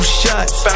shots